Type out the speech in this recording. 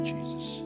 Jesus